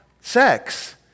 sex